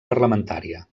parlamentària